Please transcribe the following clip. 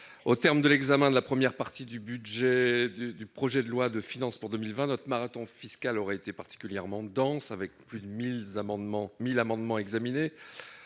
au terme de la première partie du projet de loi de finances pour 2020 et notre marathon fiscal aura été particulièrement dense, avec plus de 1 000 amendements examinés.